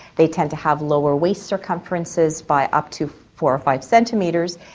they tend to have lower waist circumferences by up to four or five centimetres,